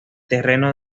terreno